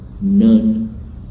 None